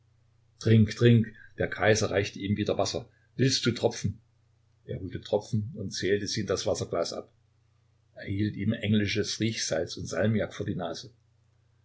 trink trink der kaiser reichte ihm wieder wasser willst du tropfen er holte tropfen und zählte sie in das wasserglas ab er hielt ihm englisches riechsalz und salmiak vor die nase